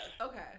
okay